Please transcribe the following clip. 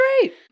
great